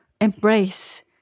embrace